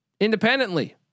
independently